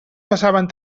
passaven